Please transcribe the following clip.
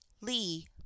Lee